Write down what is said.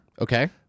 Okay